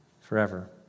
forever